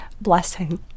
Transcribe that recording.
blessing